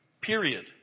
period